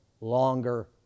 longer